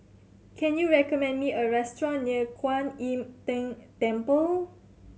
can you recommend me a restaurant near Kwan Im Tng Temple